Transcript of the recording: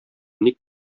ник